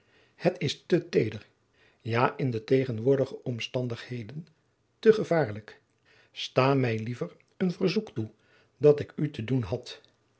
het is te teder ja in de tegenwoordige omstandigheden te gevaarlijk sta mij jacob van lennep de pleegzoon liever een verzoek toe dat ik u te doen had